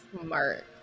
Smart